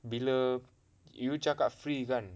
bila you cakap free kan